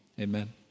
amen